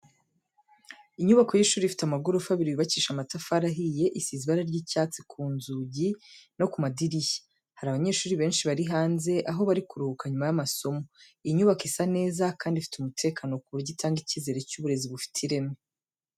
Inyubako y'ishuri ifite amagorofa abiri yubakishije amatafari ahiye, isize ibara ry'icyatsi ku nzugi no ku madirishya. Hari abanyeshuri benshi bari hanze aho bari kuruhuka nyuma y'amasomo. Iyi nyubako isa neza, kandi ifite umutekano ku buryo itanga icyizere cy'uburezi bufite ireme.